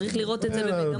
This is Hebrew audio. צריך לראות את זה במגמות.